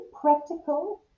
practical